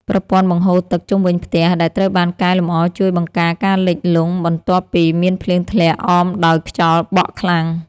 ប្រព័ន្ធបង្ហូរទឹកជុំវិញផ្ទះដែលត្រូវបានកែលម្អជួយបង្ការការលិចលង់បន្ទាប់ពីមានភ្លៀងធ្លាក់អមដោយខ្យល់បក់ខ្លាំង។